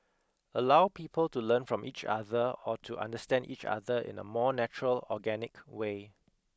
allow people to learn from each other or to understand each other in a more natural organic way